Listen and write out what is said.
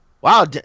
Wow